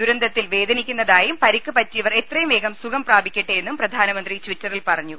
ദുരന്തത്തിൽ വേദനിക്കുന്നതായും പരിക്ക് പറ്റിയവർ എത്രയും വേഗം സുഖം പ്രാപിക്കട്ടെയെന്നും പ്രധാനമന്ത്രി ട്വിറ്റ റിൽ പറഞ്ഞു